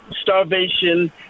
starvation